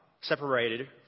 separated